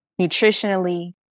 nutritionally